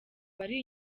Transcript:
bari